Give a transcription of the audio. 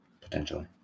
Potentially